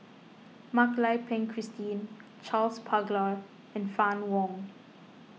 Mak Lai Peng Christine Charles Paglar and Fann Wong